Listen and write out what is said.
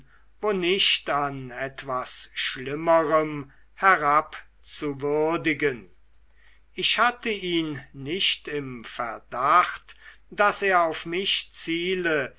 wo nicht an etwas schlimmerem herabzuwürdigen ich hatte ihn nicht im verdacht daß er auf mich ziele